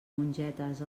mongetes